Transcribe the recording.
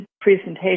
presentation